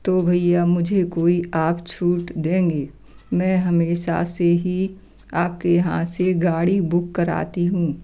तो भाईया मुझे कोई आप छूट देंगे मैं हमेशा से ही आप के यहाँ से गाड़ी बुक कराती हूँ